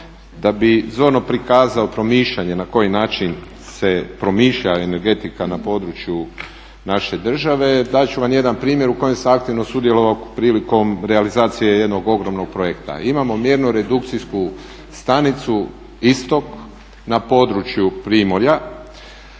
Da bi zorno prikazao promišljanje na koji način se promišlja energetika na području naše države dati ću vam jedan primjer u kojem sam aktivno sudjelovao prilikom realizacije jednog ogromnog projekta. Imamo mjernu redukcijsku stanicu istok na području primorja,